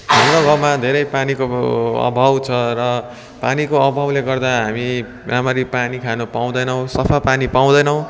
हाम्रो गाउँमा धेरै पानीको अब अभाव छ र पानीको अभावले गर्दा हामी राम्ररी पानी खानु पाउँदैनौँ सफा पानी पाउँदैनौँ